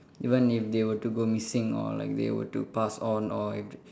even if they were to go missing or like they were to pass on or if they